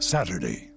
Saturday